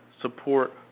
support